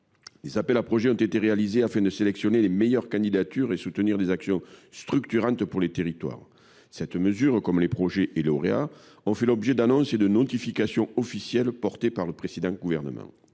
Des appels à projets ont été lancés afin de sélectionner les meilleures candidatures et de soutenir des actions structurantes pour les territoires. Cette mesure, de même que les projets et les lauréats, ont fait l’objet d’annonces et de notifications officielles publiées par le précédent gouvernement.